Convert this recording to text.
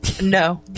No